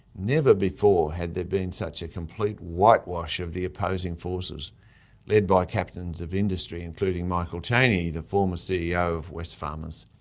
never before had there been such a complete whitewash of the opposing forces led by captains of industry including michael chaney, the former ceo of wesfarmers.